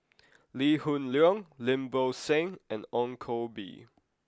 Lee Hoon Leong Lim Bo Seng and Ong Koh Bee